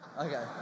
Okay